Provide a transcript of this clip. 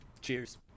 Cheers